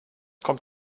kommt